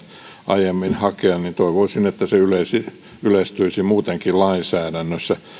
aiemmin hakea ja toivoisin että se yleistyisi muutenkin lainsäädännössä